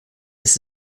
ist